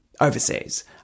Overseas